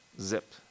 Zip